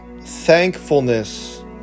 thankfulness